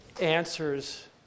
answers